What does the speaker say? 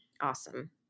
Awesome